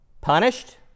punished